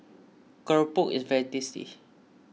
Keropok is very tasty